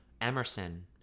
Emerson